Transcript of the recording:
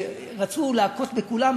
רצו להכות בכולם,